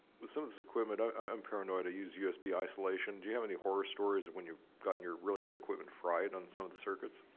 with some of this equipment, ah ah i'm paranoid. i use usb isolation. do you have any horror stories of when you've gotten your really good equipment fried on some of the circuits?